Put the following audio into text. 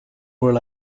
were